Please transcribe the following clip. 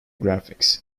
graphics